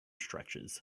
stretches